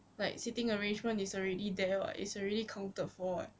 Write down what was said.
like sitting arrangement is already there [what] it's already counted for [what]